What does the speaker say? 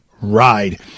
ride